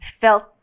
felt